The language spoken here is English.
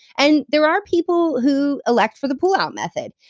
and there are people who elect for the pull-out method.